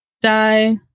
die